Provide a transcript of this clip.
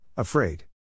Afraid